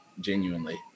genuinely